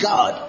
God